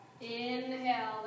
Inhale